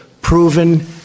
proven